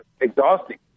exhausting